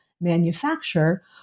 manufacture